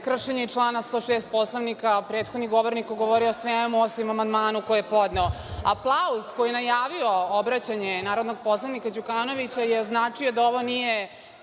kršenje člana 106. Poslovnika. Prethodni govornik je govorio o svemu, osim o amandmanu koji je podneo. Aplauz koji je najavio obraćanje narodnog poslanika Đukanovića je označio da ovo nije